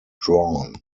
drawn